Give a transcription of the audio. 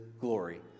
glory